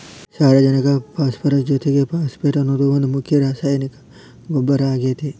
ಸಾರಜನಕ ಪಾಸ್ಪರಸ್ ಜೊತಿಗೆ ಫಾಸ್ಫೇಟ್ ಅನ್ನೋದು ಒಂದ್ ಮುಖ್ಯ ರಾಸಾಯನಿಕ ಗೊಬ್ಬರ ಆಗೇತಿ